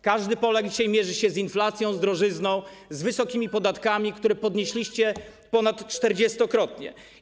Każdy Polak dzisiaj mierzy się z inflacją, z drożyzną, z wysokimi podatkami, które podnieśliście ponadczterdziestokrotnie.